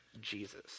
Jesus